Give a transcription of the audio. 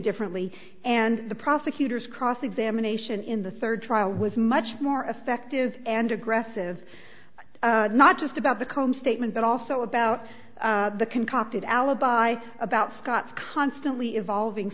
differently and the prosecutor's cross examination in the third trial was much more effective and aggressive not just about the combe statement but also about the concocted alibi about scott's constantly evolving